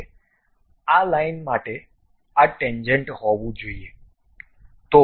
હવે આ લાઇન માટે આ ટેન્જેન્ટ હોવું જોઈએ